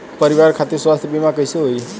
परिवार खातिर स्वास्थ्य बीमा कैसे होई?